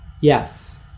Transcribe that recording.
Yes